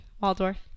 Waldorf